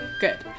Good